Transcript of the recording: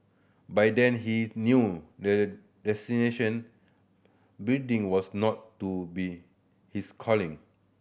by then he knew the building was not to be his calling